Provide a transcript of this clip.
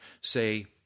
say